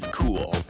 cool